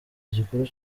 gikuru